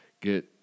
get